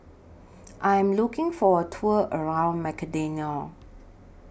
I Am looking For A Tour around Macedonia